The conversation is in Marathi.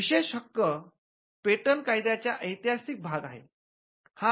विशेष हक्क पेटंट कायद्याचा ऐतिहासिक भाग आहे